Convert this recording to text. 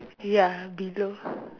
ya below